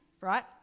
right